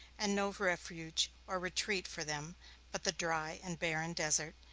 and no refuge or retreat for them but the dry and barren desert,